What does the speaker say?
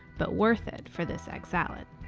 but worth it for this egg salad!